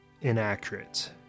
inaccurate